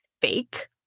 fake